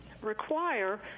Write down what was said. require